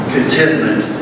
Contentment